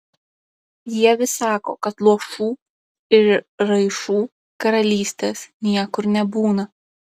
jie vis sako kad luošų ir raišų karalystės niekur nebūna